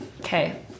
Okay